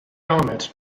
armored